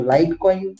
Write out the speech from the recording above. Litecoin